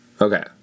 Okay